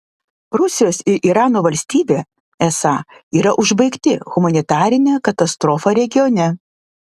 rusijos ir irano atsakomybė esą yra užbaigti humanitarinę katastrofą regione